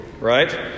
right